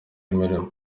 imirimo